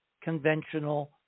conventional